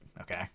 okay